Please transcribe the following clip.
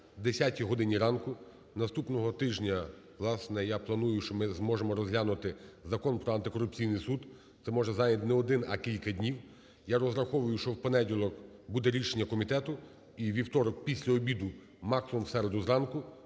о 10 годині ранку. Наступного тижня я, власне, планую, що ми зможемо розглянути Закон про антикорупційний суд. Це може зайняти не один, а кілька днів. Я розраховую, що в понеділок буде рішення комітету. І у вівторок після обіду, максимум в середу зранку,